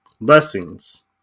blessings